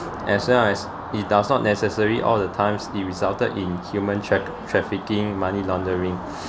as long as it does not necessary all the times it resulted in human check trafficking money laundering